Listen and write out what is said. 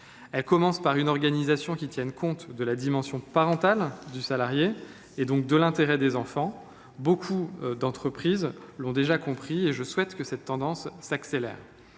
Elle commence par une organisation qui tient compte de la dimension parentale du salarié, et donc de l’intérêt des enfants. Nombre d’entreprises l’ont déjà compris et je souhaite que cette tendance s’accélère.